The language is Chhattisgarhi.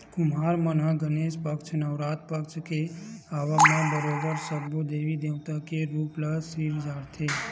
कुम्हार मन ह गनेस पक्छ, नवरात पक्छ के आवब म बरोबर सब्बो देवी देवता के रुप ल सिरजाथे